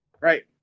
Right